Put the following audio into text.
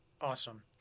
Awesome